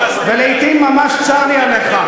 ולעתים ממש צר לי עליך.